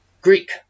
Greek